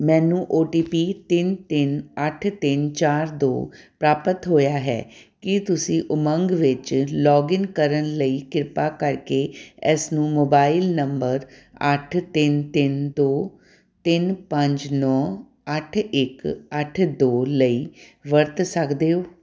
ਮੈਨੂੰ O T P ਤਿੰਨ ਤਿੰਨ ਅੱਠ ਤਿੰਨ ਚਾਰ ਦੋ ਪ੍ਰਾਪਤ ਹੋਇਆ ਹੈ ਕੀ ਤੁਸੀਂ ਉਮੰਗ ਵਿੱਚ ਲੌਗਇਨ ਕਰਨ ਲਈ ਕਿਰਪਾ ਕਰਕੇ ਇਸਨੂੰ ਮੋਬਾਈਲ ਨੰਬਰ ਅੱਠ ਤਿੰਨ ਤਿੰਨ ਦੋ ਤਿੰਨ ਪੰਜ ਨੌਂ ਅੱਠ ਇੱਕ ਅੱਠ ਦੋ ਲਈ ਵਰਤ ਸਕਦੇ ਹੋ